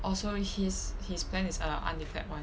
oh so his his plan is the undeclared [one]